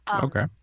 Okay